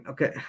Okay